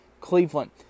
Cleveland